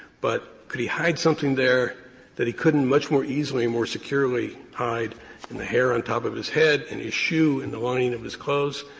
but could he hide something there that he couldn't much more easily and more securely hide in the hair on top of his head, in his shoe, in the lining of his clothes,